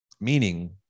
meaning